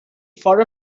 for